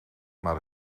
maar